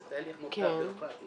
זה תהליך מורכב בירוקראטי.